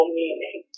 meaning